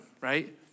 Right